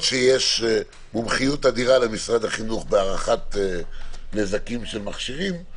שיש מומחיות אדירה למשרד החינוך בהערכת נזקים של מכשירים,